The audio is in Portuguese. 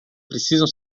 precisam